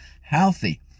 healthy